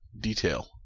detail